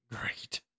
Great